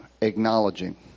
acknowledging